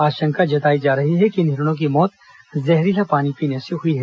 आशंका जताई जा रही है कि इन हिरणों की मौत जहरीला पानी पीने से हुई है